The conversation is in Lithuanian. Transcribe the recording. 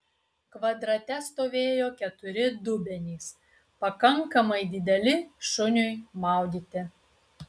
kvadrate stovėjo keturi dubenys pakankamai dideli šuniui maudyti